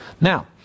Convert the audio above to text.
Now